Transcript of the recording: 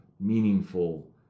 meaningful